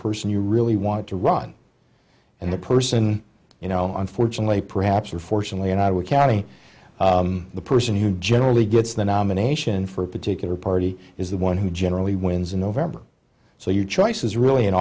person you really want to run and the person you know unfortunately perhaps unfortunately and i would carry the person who generally gets the nomination for a particular party is the one who generally wins in november so your choice is really in